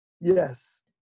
Yes